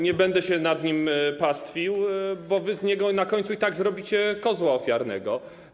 Nie będę się nad nim pastwił, bo wy z niego na końcu i tak zrobicie kozła ofiarnego.